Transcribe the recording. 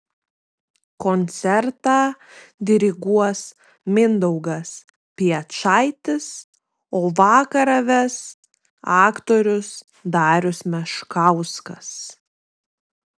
koncertą diriguos mindaugas piečaitis o vakarą ves aktorius darius meškauskas